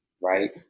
right